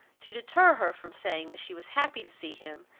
to deter her from saying that she was happy to see him,